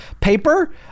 paper